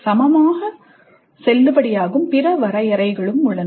சமமாக செல்லுபடியாகும் பிற வரையறைகள் உள்ளன